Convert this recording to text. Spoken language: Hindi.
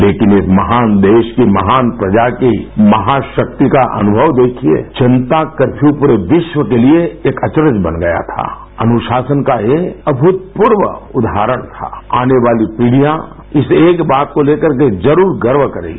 लेकिन इस महान देश की महान प्रजा की महाराकि का अनुमव देखिये जनता कर्फयू पूरे विश्व के लिए एक अवरज बन गया था अनुशासन का ये अमूतपूर्व उदहारण था आने वाली पीढ़ियाँ इस एक बात को लेकर के जरूर गर्व करेगी